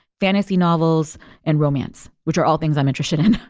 fantasy novels and romance, which are all things i'm interested in.